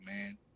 man